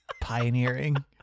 pioneering